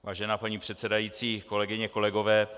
Vážená paní předsedající, kolegyně, kolegové.